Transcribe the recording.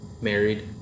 Married